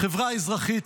החברה האזרחית,